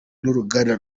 n’uruganda